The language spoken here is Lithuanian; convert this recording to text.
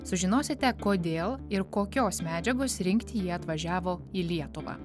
sužinosite kodėl ir kokios medžiagos rinkti jie atvažiavo į lietuvą